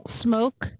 smoke